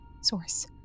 source